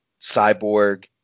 Cyborg